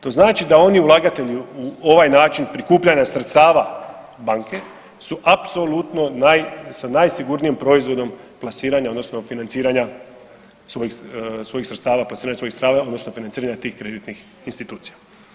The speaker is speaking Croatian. To znači da oni ulagatelju u ovaj način prikupljanja sredstava banke su apsolutno s najsigurnijim proizvodom plasiranja odnosno financiranja svojih sredstava, plasiranja svojih sredstava odnosno financiranja tih kreditnih institucija.